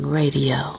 radio